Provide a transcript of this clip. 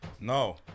No